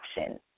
action